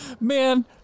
Man